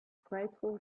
grateful